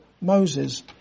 Moses